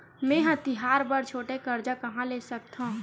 मेंहा तिहार बर छोटे कर्जा कहाँ ले सकथव?